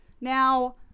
now